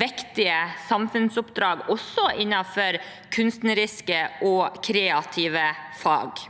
viktige samfunnsoppdrag også innenfor kunstneriske og kreative fag.